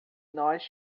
nós